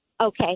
Okay